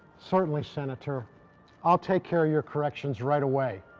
certainly, senator i'll take care of your corrections right away.